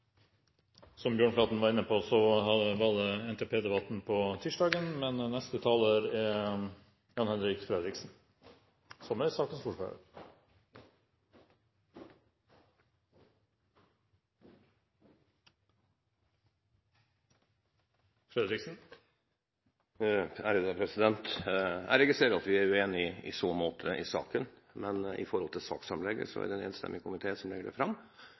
representanten Bjørnflaten var inne på, var NTP-debatten på tirsdag. Jeg registrerer at vi er uenige i så måte i saken, men når det gjelder saksframlegget, er det en enstemmig komité som legger det fram.